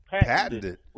patented